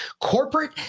corporate